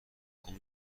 اون